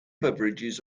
beverages